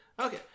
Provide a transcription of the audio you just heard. okay